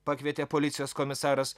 pakvietė policijos komisaras